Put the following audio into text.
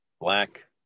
black